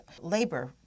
labor